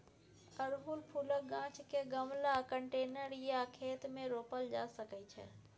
अड़हुल फुलक गाछ केँ गमला, कंटेनर या खेत मे रोपल जा सकै छै